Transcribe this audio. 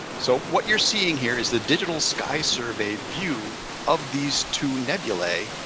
so what you're seeing here is the digital sky survey view of these two nebulae.